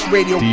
Radio